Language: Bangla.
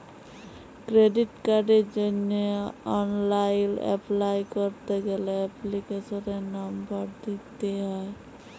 ক্রেডিট কার্ডের জন্হে অনলাইল এপলাই ক্যরতে গ্যালে এপ্লিকেশনের লম্বর দিত্যে হ্যয়